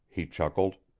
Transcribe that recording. he chuckled.